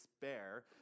despair